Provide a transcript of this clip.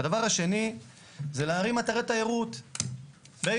הדבר שני זה להרים אתרי תיירות ביהודה